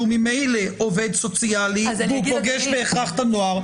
שהוא ממילא עובד סוציאלי והוא פוגש בהכרח את הנוער,